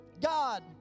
God